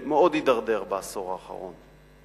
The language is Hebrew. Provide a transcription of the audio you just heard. שמאוד הידרדר בעשור האחרון.